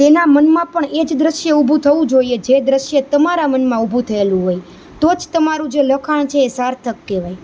તેના મનમાં પણ એ જ દ્રશ્ય ઊભું થવું જોઈએ જે દ્રશ્ય તમારા મનમાં ઊભું થયેલું હોય તો જ તમારું લખાણ છે એ સાર્થક કહેવાય